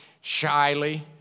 shyly